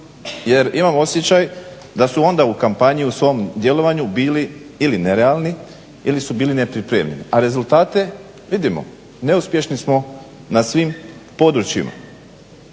jer imam osjećaj da su onda u kampanji u svom djelovanju bili ili nerealni ili su bili nepripremljeni a rezultate vidimo, neuspješni smo na svim područjima.